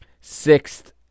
Sixth